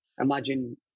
imagine